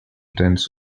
tens